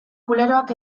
kuleroak